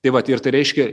tai vat ir tai reiškia